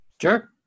Sure